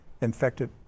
infected